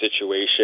situation